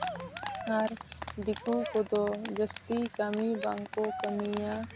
ᱟᱨ ᱫᱤᱠᱩ ᱠᱚᱫᱚ ᱡᱟᱹᱥᱛᱤ ᱠᱟᱹᱢᱤ ᱵᱟᱝ ᱠᱚ ᱠᱟᱹᱢᱤᱭᱟ